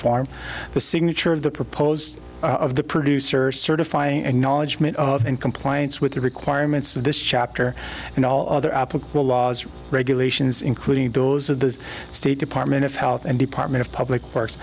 form the signature of the proposed of the producer certifying and knowledge made in compliance with the requirements of this chapter and all other applicable laws regulations including those of the state department of health and department of public works